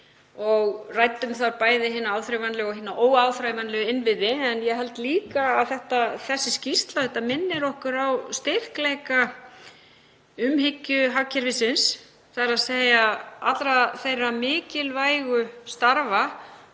og ræddum þar bæði hina áþreifanlegu og hina óáþreifanlegu innviði, að ég held líka að þessi skýrsla minni okkur á styrkleika umhyggjuhagkerfisins, þ.e. allra þeirra mikilvægu starfa